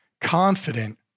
confident